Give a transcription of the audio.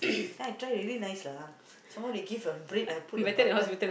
then I try already nice lah some more they give the bread ah put the butter